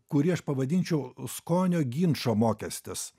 kurį aš pavadinčiau skonio ginčo mokestis